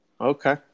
Okay